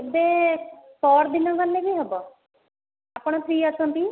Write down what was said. କେବେ ପଅର ଦିନ ଗଲେ ବି ହେବ ଆପଣ ଫ୍ରି ଅଛନ୍ତି